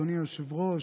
אדוני היושב-ראש.